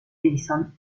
edison